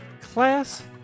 class